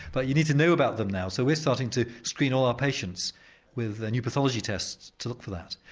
but you need to know about them now, so we're starting to screen all our patients with new pathology tests to look for that.